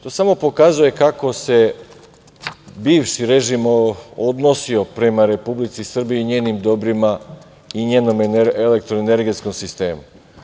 To samo pokazuje kako se bivši režim odnosio prema Republici Srbiji i njenim dobrima i njenom elektroenergetskom sistemu.